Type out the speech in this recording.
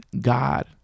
God